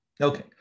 Okay